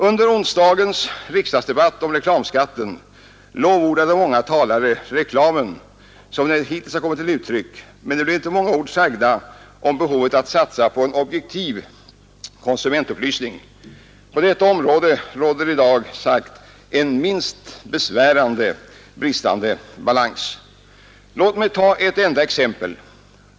Under onsdagens riksdagsdebatt om reklamskatten lovordade många talare reklamen, som den hittills kommit till uttryck, men det blev inte många ord sagda om behovet av att satsa på en objektiv konsumentupplysning. På detta område råder i dag minst sagt en besvärande bristande balans. Låt mig ta ett enda exempel.